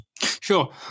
Sure